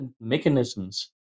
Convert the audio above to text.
mechanisms